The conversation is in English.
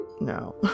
No